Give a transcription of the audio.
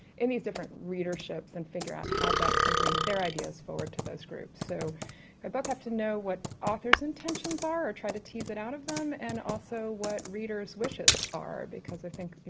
in these different readerships and figure out how best to bring their ideas forward to those groups. so you both have to know what authors' intentions are, or try to tease it out of them, and also what readers' wishes are because i think, you